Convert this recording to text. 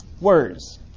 words